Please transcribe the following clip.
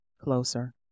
closer